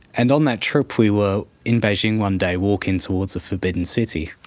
and on that trip we were in beijing one day walking towards the forbidden city.